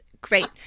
great